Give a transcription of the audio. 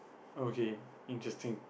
okay interesting